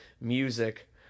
music